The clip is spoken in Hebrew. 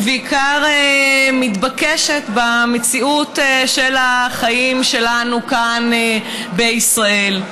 ובעיקר מתבקשת, במציאות של החיים שלנו כאן בישראל,